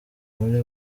muri